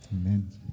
Amen